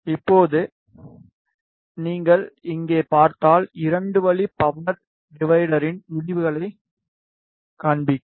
இப்போது நீங்கள் இங்கே பார்த்தால் 2 வழி பவர் டிவைடரின் முடிவுகளைக் காண்பிக்க